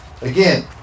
Again